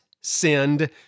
sinned